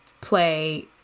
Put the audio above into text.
play